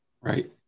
right